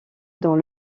dans